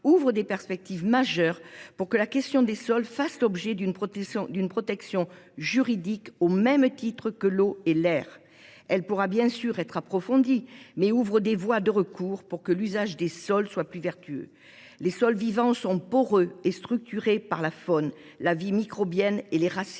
ouvre des perspectives majeures pour que les sols fassent l’objet d’une protection juridique, au même titre que l’eau et l’air. Elle pourra bien sûr être approfondie, mais elle ouvre d’ores et déjà des voies de recours pour un usage des sols plus vertueux. Les sols vivants sont poreux et structurés par la faune, la vie microbienne et les racines